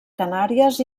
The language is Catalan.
canàries